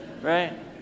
right